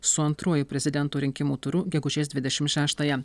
su antruoju prezidento rinkimų turu gegužės dvidešim šeštąją